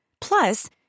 Plus